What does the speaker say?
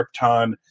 krypton